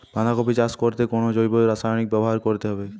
বাঁধাকপি চাষ করতে কোন জৈব রাসায়নিক ব্যবহার করতে হবে?